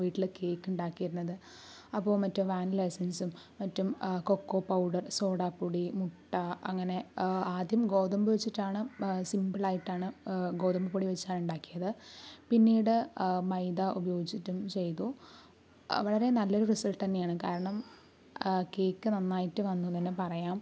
വീട്ടിൽ കേക്ക് ഉണ്ടാക്കിയിരുന്നത് അപ്പോൾ മറ്റേ വാനില എസ്സെൻസും മറ്റും കൊക്കോ പൗഡർ സോഡാ പൊടി മുട്ട അങ്ങനെ ആദ്യം ഗോതമ്പ് വെച്ചിട്ടാണ് സിംപിളായിട്ടാണ് ഗോതമ്പ് പൊടി വെച്ചിട്ടാണ് ഉണ്ടാക്കിയത് പിന്നീട് മൈദാ ഉപയോഗിച്ചിട്ടും ചെയ്തു വളരെ നല്ലൊരു റിസൾട്ട് തന്നെയാണ് കാരണം കേക്ക് നന്നായിട്ട് വന്നു എന്ന് തന്നെ പറയാം